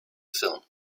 film